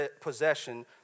possession